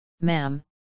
ma'am